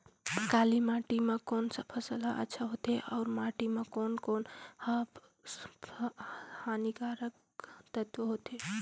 काली माटी मां कोन सा फसल ह अच्छा होथे अउर माटी म कोन कोन स हानिकारक तत्व होथे?